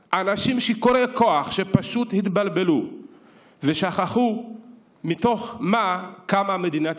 אנשים שיכורי כוח שפשוט התבלבלו ושכחו מתוך מה קמה מדינת ישראל,